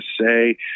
say